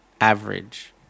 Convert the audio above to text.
average